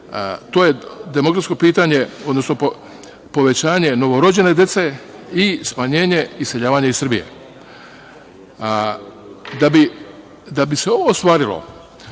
demografsko pitanje, odnosno povećanje novorođene dece i smanjenje iseljavanja iz Srbije. Da bi se ovo ostvarilo,